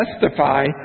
testify